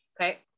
Okay